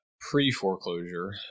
pre-foreclosure